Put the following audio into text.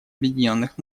объединенных